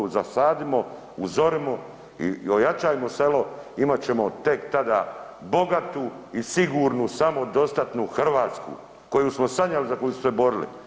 Zasadimo, uzorimo i ojačajmo selo imat ćemo tek tada bogatu i sigurnu samodostatnu Hrvatsku koju smo sanjali, za koju smo se borili.